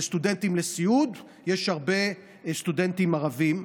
בין הסטודנטים לסיעוד יש הרבה סטודנטים ערבים,